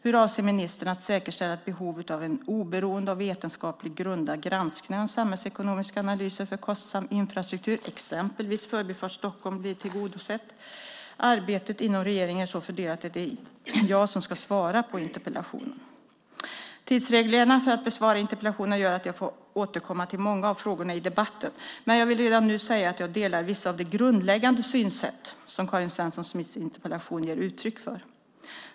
Hur avser ministern att säkerställa att behovet av en oberoende och vetenskapligt grundad granskning av den samhällsekonomiska analysen för kostsam infrastruktur, exempelvis Förbifart Stockholm, blir tillgodosett? Arbetet inom regeringen är så fördelat att det är jag som ska svara på interpellationen. Tidsreglerna för att besvara interpellationer gör att jag får återkomma till många av frågorna i debatten. Men jag vill redan nu säga att jag delar vissa av de grundläggande synsätt som Karin Svensson Smiths interpellation ger uttryck för.